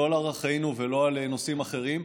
לא על ערכינו ולא על נושאים אחרים.